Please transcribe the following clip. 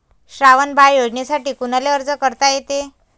श्रावण बाळ योजनेसाठी कुनाले अर्ज करता येते?